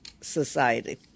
Society